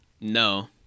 No